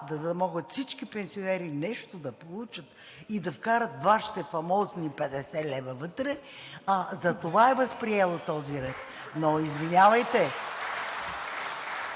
да могат всички пенсионери нещо да получат и да вкарат Вашите фамозни 50 лв. вътре, затова е възприело този ред (ръкопляскания